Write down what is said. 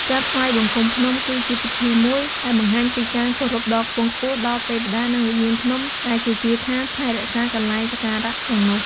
ការថ្វាយបង្គំភ្នំ គឺជា ពិធីមួយ ដែលបង្ហាញពី ការគោរពដ៏ខ្ពង់ខ្ពស់ ដល់ ទេវតា និង វិញ្ញាណភ្នំ ដែលគេជឿថា ថែរក្សាកន្លែងសក្ការៈ ទាំងនោះ។